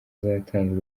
zatanzwe